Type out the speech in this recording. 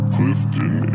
Clifton